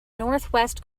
northwest